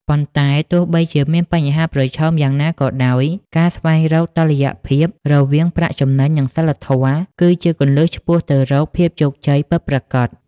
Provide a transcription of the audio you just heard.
ប៉ុន្តែ ទោះបីជាមានបញ្ហាប្រឈមយ៉ាងណាក៏ដោយ ការស្វែងរកតុល្យភាពរវាងប្រាក់ចំណេញ និងសីលធម៌ គឺជាគន្លឹះឆ្ពោះទៅរកភាពជោគជ័យពិតប្រាកដ។